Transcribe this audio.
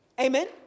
Amen